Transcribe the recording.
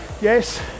yes